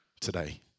today